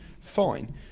fine